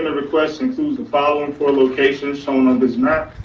ah request includes the following four locations shown on this map.